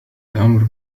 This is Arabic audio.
الأمر